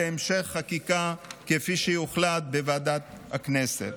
להמשך חקיקה כפי שיוחלט בוועדת הכנסת.